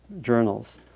journals